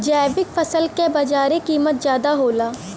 जैविक फसल क बाजारी कीमत ज्यादा होला